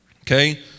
okay